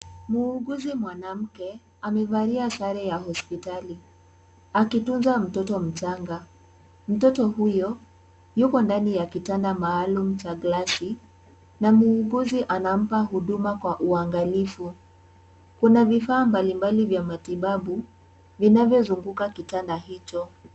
Muuguzi mwanamke amevalia sare ya hospitali akitunza mtoto mchanga. Mtoto huyo yuko ndani ya kitanda maalum cha glasi na muuguzi anampa huduma kwa uangalifu. Kuna vifaa mbalimbali vya matibabu inavyozunguka kitanda hicho.